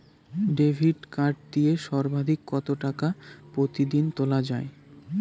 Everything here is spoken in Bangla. ডেবিট কার্ড দিয়ে সর্বাধিক কত টাকা প্রতিদিন তোলা য়ায়?